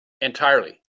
entirely